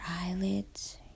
eyelids